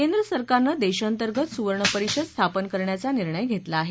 केंद्रसरकारनं देशातअंतर्गत सुवर्ण परिषद स्थापन करण्याचा निर्णय घेतला आहे